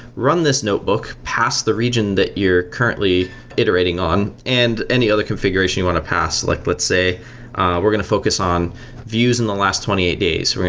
run this notebook passed the region that you're currently iterating on and any other configuration you want to pass. like let's say we're going to focus on views in the last twenty eight days.